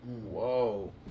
Whoa